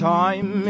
time